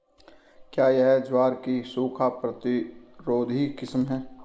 क्या यह ज्वार की सूखा प्रतिरोधी किस्म है?